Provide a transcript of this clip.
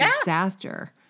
disaster